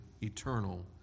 eternal